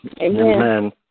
Amen